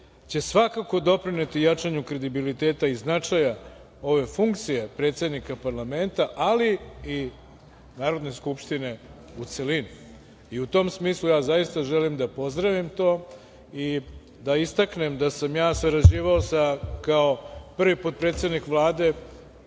će svakako doprineti jačanju kredibiliteta i značaja ove funkcije predsednika parlamenta, ali i Narodne skupštine, u celini i u tom smislu, ja zaista želim da pozdravim to i da istaknem da sam ja sarađivao, kao prvi potpredsednik Vlade,